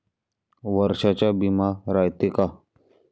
वर्षाचा बिमा रायते का?